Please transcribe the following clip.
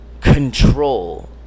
control